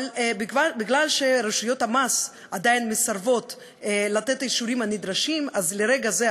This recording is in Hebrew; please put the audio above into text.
אבל מכיוון שרשויות המס עדיין מסרבות לתת את האישורים הנדרשים ברגע זה,